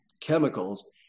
chemicals